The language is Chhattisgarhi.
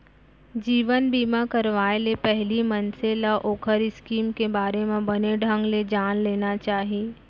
जीवन बीमा करवाय ले पहिली मनसे ल ओखर स्कीम के बारे म बने ढंग ले जान लेना चाही